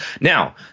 Now